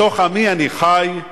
בתוך עמי אני חי,